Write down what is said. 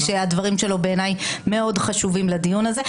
שהדברים שלו בעיניי מאוד חשובים לדיון הזה.